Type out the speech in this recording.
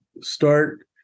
start